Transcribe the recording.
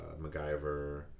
MacGyver